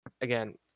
again